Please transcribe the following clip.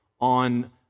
on